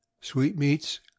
sweetmeats